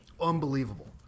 Unbelievable